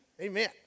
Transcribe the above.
Amen